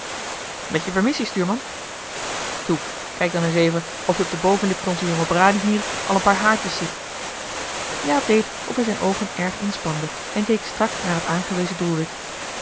met je permissie stuurman toe kijk dan eens even of je op de bovenlip van onzen jongen branie hier al een paar haartjes ziet jaap deed of hij zijn oogen erg inspande en keek strak naar het aangewezen doelwit